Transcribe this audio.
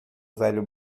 velho